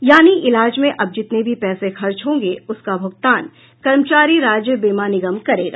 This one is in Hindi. यानि इलाज में अब जितने भी पैसे खर्च होंगे उसका भूगतान कर्मचारी राज्य बीमा निगम करेगा